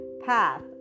path